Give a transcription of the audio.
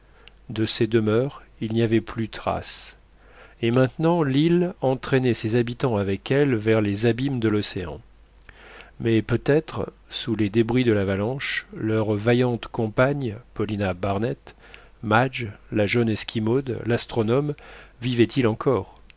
de ces demeures il n'y avait plus trace et maintenant l'île entraînait ses habitants avec elle vers les abîmes de l'océan mais peut-être sous les débris de l'avalanche leur vaillante compagne paulina barnett madge la jeune esquimaude l'astronome vivaient-ils encore